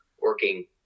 working